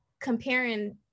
comparing